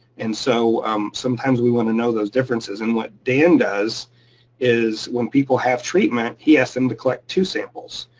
and so sometimes we wanna know those differences. and what dan does is when people have treatment, he asks them to collect two samples.